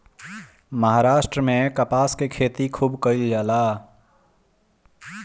महाराष्ट्र में कपास के खेती खूब कईल जाला